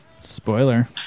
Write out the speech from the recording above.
Spoiler